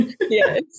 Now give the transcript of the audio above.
Yes